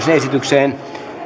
äänestykseensä